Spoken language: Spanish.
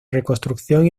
reconstrucción